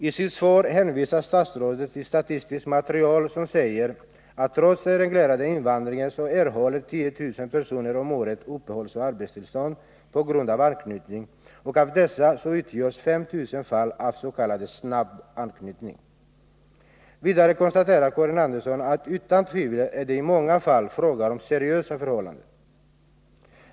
I sitt svar hänvisar statsrådet till statistiskt material, som säger att trots den reglerade invandringen 10 000 personer om året erhåller uppehållsoch arbetstillstånd på grund av anknytning och att av dessa utgörs 5 000 fall av s.k. snabbanknytning. Vidare konstaterar Karin Andersson att det utan tvivel i många fall är fråga om seriösa förhålladen.